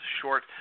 short